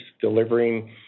delivering